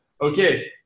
Okay